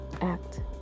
Act